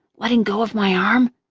letting go of my arm.